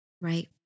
right